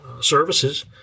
services